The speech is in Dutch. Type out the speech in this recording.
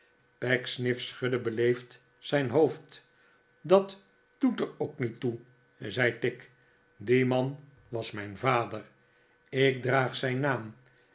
pecksniff schudde beleefd zijn hoofd dat doet er ook niet toe zei tigg die man was mijn vader ik draag zijn naam